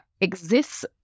exists